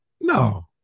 No